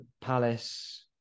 Palace